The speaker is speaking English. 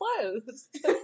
closed